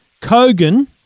Kogan